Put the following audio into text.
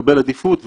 שיקבל עדיפות,